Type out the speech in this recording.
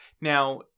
now